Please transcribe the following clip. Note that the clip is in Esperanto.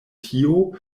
tio